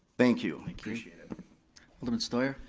thank you. appreciate it alderman steuer?